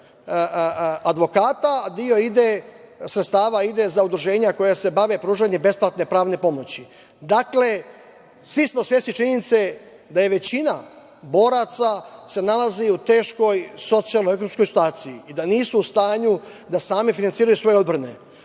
advokata, a deo sredstava ide za udruženja koja se bave pružanje besplatne pravne pomoći. Dakle, svi smo svesni činjenice da se većina boraca nalazi u teškoj socijalnoj ekonomskoj situaciji i da nisu u stanju da sami finansiraju svoje odbrane.S